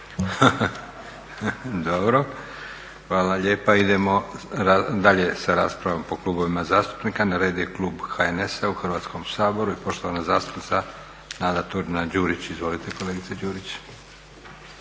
Dobro. Hvala lijepa. Idemo dalje sa raspravom po klubovima zastupnika. Na redu je klub HNS-a u Hrvatskom saboru i poštovana zastupnica Nada Turina-Đurić. Izvolite kolegice Đurić.